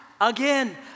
again